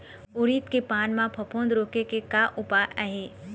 उरीद के पान म फफूंद रोके के का उपाय आहे?